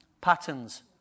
Patterns